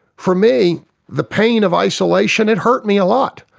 for me the pain of isolation, it hurt me a lot,